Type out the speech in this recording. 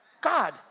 God